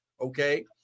Okay